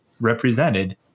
represented